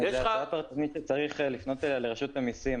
צריך לפנות לרשות המיסים,